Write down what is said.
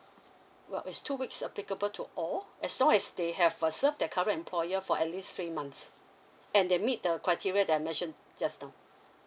well is two weeks applicable to all as long as they have err serve their current employer for at least three months and they meet the criteria that I mentioned just now